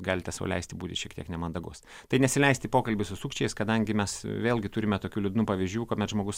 galite sau leisti būti šiek tiek nemandagus tai nesileist į pokalbį su sukčiais kadangi mes vėlgi turime tokių liūdnų pavyzdžių kuomet žmogus